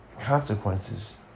consequences